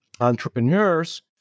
entrepreneurs